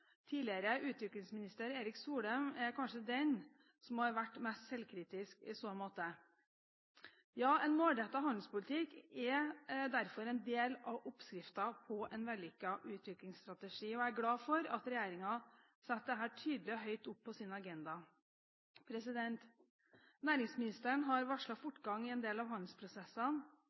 Tidligere utviklingsminister Erik Solheim er kanskje den som har vært mest selvkritisk i så måte. Ja, en målrettet handelspolitikk er derfor en del av oppskriften på en vellykket utviklingsstrategi, og jeg er glad for at regjeringen setter dette tydelig og høyt opp på sin agenda. Næringsministeren har varslet fortgang i en del av handelsprosessene.